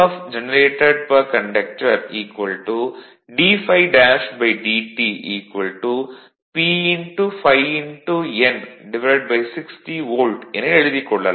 generated per conductor d∅ dt P ∅N60 volt என எழுதிக் கொள்ளலாம்